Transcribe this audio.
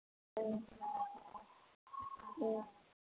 ꯑꯥ ꯑꯥ